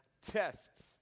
tests